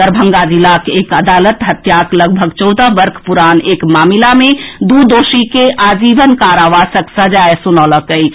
दरभंगा जिलाक एक अदालत हत्याक लगभग चौदह वर्ष पुरान एक मामिला मे दू दोषी के आजीवन कारावासक सजाए सुनौलक अछि